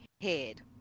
head